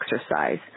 exercise